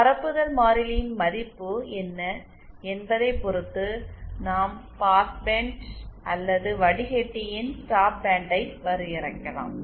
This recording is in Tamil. பரப்புதல் மாறிலியின் மதிப்பு என்ன என்பதைப் பொறுத்து நாம் பாஸ் பேண்ட் அல்லது வடிக்கட்டியின் ஸ்டாப் பேண்டை வரையறுக்கலாம்